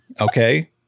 okay